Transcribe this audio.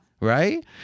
right